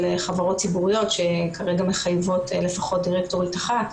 חברות ציבוריות שכרגע מחייבות לפחות דירקטורית אחת,